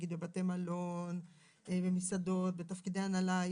נגיד בבתי מלון, במסעדות, בתפקידי הנהלה.